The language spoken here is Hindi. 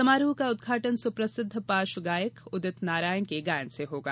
समारोह का उदघाटन सुप्रसिद्ध पार्श्व गायक उदित नारायण के गायन से होगा